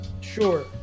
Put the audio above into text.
sure